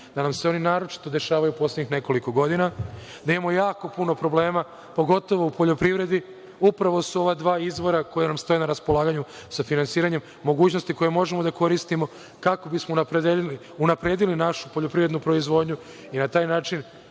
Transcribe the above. da nam se one naročito dešavaju u poslednjih nekoliko godina, da imamo jako puno problema, a pogotovo u poljoprivredi i upravo su ova dva izvora koja nam stoje na raspolaganju sa finansiranjem mogućnosti koje možemo da koristimo kako bismo unapredili našu poljoprivrednu proizvodnju i na taj način